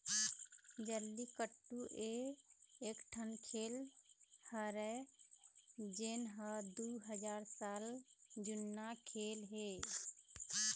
जल्लीकट्टू ए एकठन खेल हरय जेन ह दू हजार साल जुन्ना खेल हे